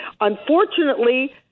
Unfortunately